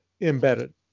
embedded